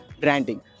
branding